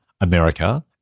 America